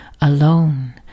alone